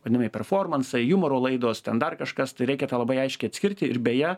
vadinami performansai jumoro laidos ten dar kažkas tai reikia tą labai aiškiai atskirti ir beje